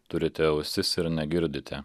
turite ausis ir negirdite